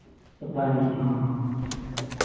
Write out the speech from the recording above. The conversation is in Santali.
ᱟᱹᱞᱤᱧ ᱦᱮᱸ ᱦᱮᱸ